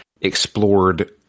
explored